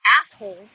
asshole